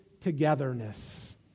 togetherness